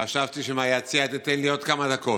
חשבתי שמהיציע תיתן לי עוד כמה דקות.